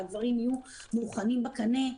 אלא שהדברים יהיו מוכנים בקנה,